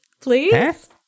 please